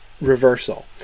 reversal